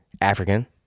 African